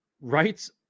rights